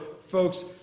folks